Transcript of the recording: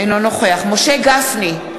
אינו נוכח משה גפני,